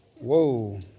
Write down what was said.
Whoa